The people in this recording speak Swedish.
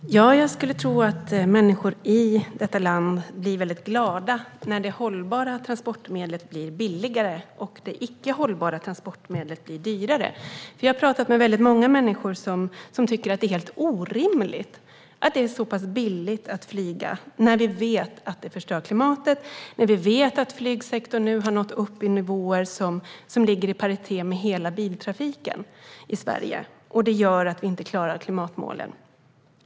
Herr talman! Jag skulle tro att människor i detta land blir glada när det hållbara transportmedlet blir billigare och det icke hållbara transportmedlet blir dyrare. Jag har talat med många människor som tycker att det är helt orimligt att det är så pass billigt att flyga när vi vet att det förstör klimatet och när vi vet att flygsektorn nu har nått upp i nivåer som ligger i paritet med hela biltrafiken i Sverige. Det gör att vi inte klarar klimatmålen.